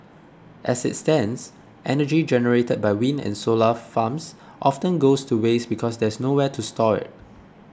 as it stands energy generated by wind and solar farms often goes to waste because there's nowhere to store it